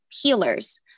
healers